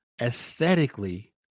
aesthetically